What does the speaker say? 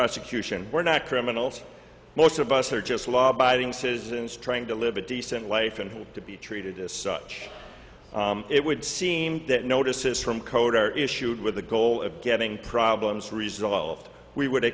prosecution we're not criminals most of us are just law abiding citizens trying to live a decent life and hope to be treated as such it would seem that notices from code are issued with the goal of getting problems resolved we would